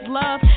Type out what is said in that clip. love